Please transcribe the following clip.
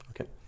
okay